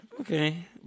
Okay